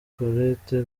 colette